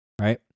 Right